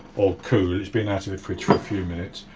or cool, it's been out of the fridge for a few minutes.